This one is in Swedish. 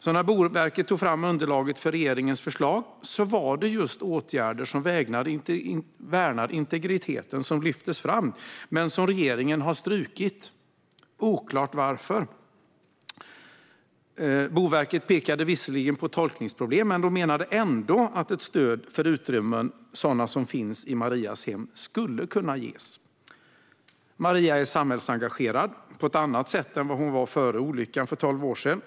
När Boverket tog fram underlaget för regeringens förslag var det just åtgärder som värnar integriteten som lyftes fram, men dem har regeringen strukit. Det är oklart varför regeringen har gjort det. Boverket pekade visserligen på tolkningsproblem men menade ändå att ett stöd för sådana utrymmen som finns i Marias hem skulle kunna ges. Maria är samhällsengagerad på ett annat sätt än hon var före olyckan för tolv år sedan.